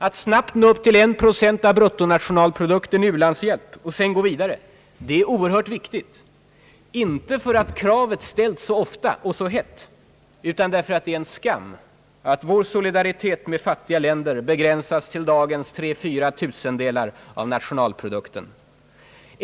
Att snabbt nå upp till 1 procent av bruttonationalprodukten i u-hjälp och sedan gå vidare — det är oerhört viktigt, inte för att kravet ställts så ofta och så hett, utan därför att det är en skam att vår solidaritet mot fattiga länder begränsas till dagens tre—fyra tusendelar av nationalprodukten.